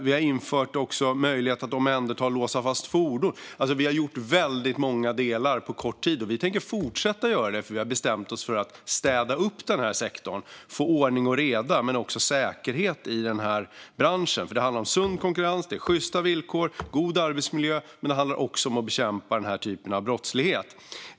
Vi har också infört en möjlighet att omhänderta och låsa fast fordon. Vi har gjort många delar på kort tid, och vi tänker fortsätta att göra det eftersom vi har bestämt oss för att städa upp sektorn och få ordning och reda men också få säkerhet i branschen. Det handlar om sund konkurrens, sjysta villkor och god arbetsmiljö samt att bekämpa detta slags brottslighet.